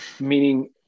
meaning